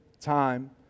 time